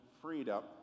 freedom